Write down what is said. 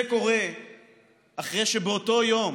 זה קורה אחרי שבאותו יום